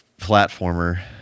platformer